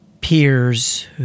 peers